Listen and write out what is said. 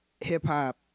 hip-hop